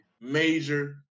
major